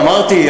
אמרתי,